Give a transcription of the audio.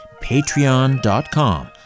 Patreon.com